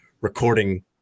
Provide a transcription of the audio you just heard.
recording